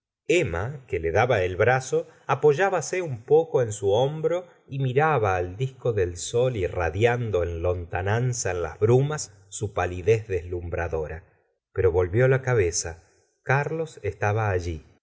emma que le daba el brazo apoybase un poco en su hombro y miraba al disco del sol irradiando en lontananza en las brumas su palidez deslumbradora pero volvió la cabeza carlos estaba allí